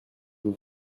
vous